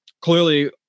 clearly